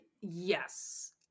Yes